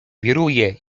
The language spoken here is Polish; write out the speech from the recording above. wiruje